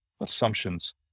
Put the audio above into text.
assumptions